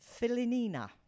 Filinina